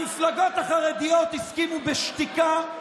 המפלגות החרדיות הסכימו בשתיקה,